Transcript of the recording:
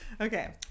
Okay